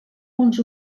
uns